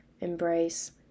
embrace